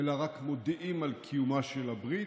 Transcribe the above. אלא רק מודיעים על קיומה של הברית,